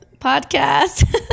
podcast